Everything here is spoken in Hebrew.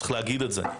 צריך להגיד את זה,